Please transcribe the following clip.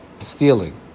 Stealing